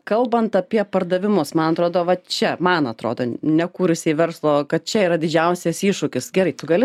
kalbant apie pardavimus man atrodo va čia man atrodo nekūrusiai verslo kad čia yra didžiausias iššūkis gerai tu gali